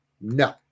No